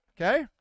Okay